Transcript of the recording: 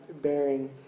bearing